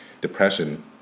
depression